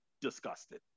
disgusted